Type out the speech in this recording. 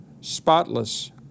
spotless